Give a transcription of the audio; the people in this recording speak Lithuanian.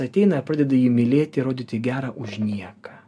ateina pradeda jį mylėti rodyti gerą už nieką